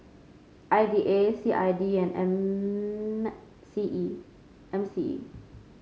I D A C I D and M C E M C E